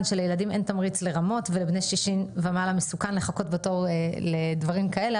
שלילדים אין תמריץ לרמות ולבני 60 ומעלה מסוכן לחכות בתור לדברים כאלה,